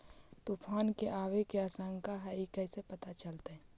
तुफान के आबे के आशंका है इस कैसे पता चलतै?